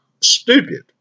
stupid